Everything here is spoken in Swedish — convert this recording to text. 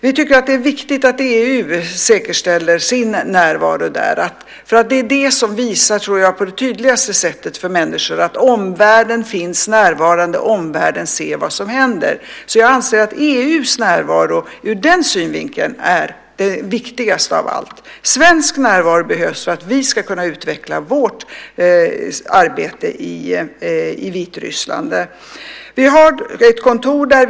Vi tycker att det är viktigt att EU säkerställer sin närvaro där, för att det är det som visar på det tydligaste sättet för människor, tror jag, att omvärlden finns närvarande och att omvärlden ser vad som händer. Jag anser att EU:s närvaro ur den synvinkeln är det viktigaste av allt. Svensk närvaro behövs för att vi ska kunna utveckla vårt arbete i Vitryssland. Vi har ett kontor där.